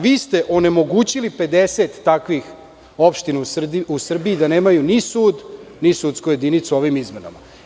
Vi ste onemogućili 50 takvih opština u Srbiji da nemaju ni sud ni sudsku jedinicu ovim izmenama.